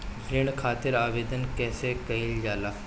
ऋण खातिर आवेदन कैसे कयील जाला?